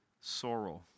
sorrow